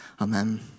amen